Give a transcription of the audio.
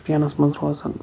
شُپیَنَس مَنٛز روزان